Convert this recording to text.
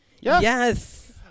Yes